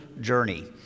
journey